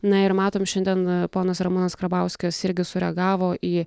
na ir matom šiandien ponas ramūnas karbauskis irgi sureagavo į